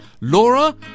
Laura